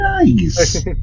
nice